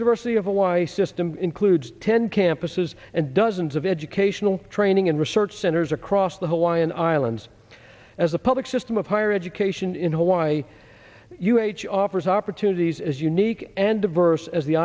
university of hawaii system includes ten campuses and dozens of educational training and research centers across the hawaiian islands as a public system of higher education in hawaii u h offers opportunities as unique and diverse as the